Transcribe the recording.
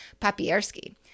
Papierski